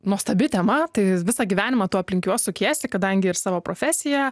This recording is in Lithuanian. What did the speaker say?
nuostabi tema tais visą gyvenimą tu aplink juos sukiesi kadangi ir savo profesiją